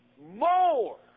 more